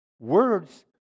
Words